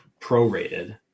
prorated